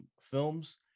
films